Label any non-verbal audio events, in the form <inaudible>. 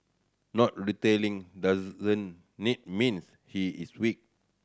not <unintelligible> doesn't <unintelligible> mean he is weak